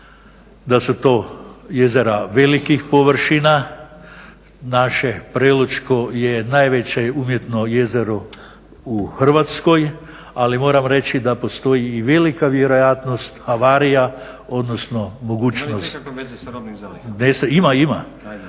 da su to jezera velikih površina, naše Perućko je najveće umjetno jezero u Hrvatskoj, ali moram reći da postoji i velika vjerojatnost havarija, odnosno mogućnost… … /Upadica Stazić: Ima li to ikakve veze sa robnim zalihama?/ … Ima, ima.